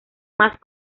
más